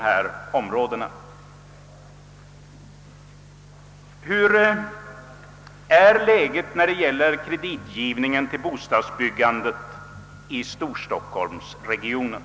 Hurudant är läget rörande kreditgivningen till bostadsbyggandet i storstockholmsregionen?